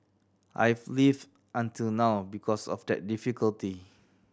I've lived until now because of that difficulty